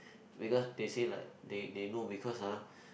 because they say like they they know because ah